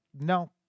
no